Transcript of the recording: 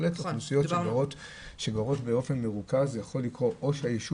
זה יכול להיות אצל אוכלוסיות שגרות באופן מרוכז וייתכן שהמצב